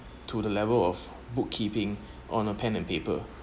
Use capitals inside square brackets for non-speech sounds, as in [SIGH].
to the level of book keeping [BREATH] on a pen and paper